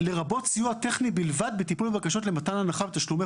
לרבות סיוע טכני בלבד בטיפול בבקשות למתן הנחה ותשלומי